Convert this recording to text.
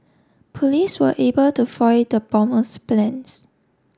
police were able to foil the bomber's plans